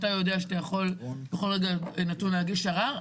אתה יודע שאתה יכול בכל רגע נתון להגיש ערר,